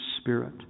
Spirit